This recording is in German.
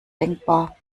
denkbar